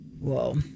Whoa